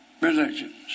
religions